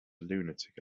lunatic